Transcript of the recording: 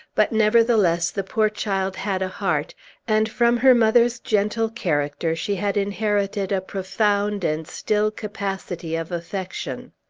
but, nevertheless, the poor child had a heart and from her mother's gentle character she had inherited a profound and still capacity of affection.